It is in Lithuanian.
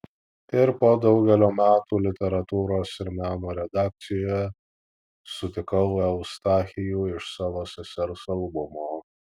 ir po daugelio metų literatūros ir meno redakcijoje sutikau eustachijų iš savo sesers albumo